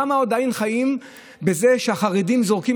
כמה עדיין חיים בזה שהחרדים זורקים